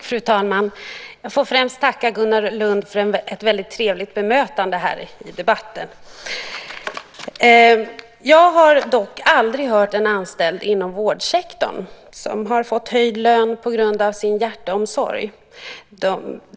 Fru talman! Jag får främst tacka Gunnar Lund för ett väldigt trevligt bemötande här i debatten. Jag har dock aldrig hört talas en anställd inom vårdsektorn som har fått höjd lön på grund av sin hjärteomsorg.